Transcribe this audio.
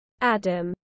Adam